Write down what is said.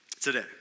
today